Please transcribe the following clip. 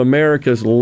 America's